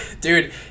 Dude